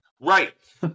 Right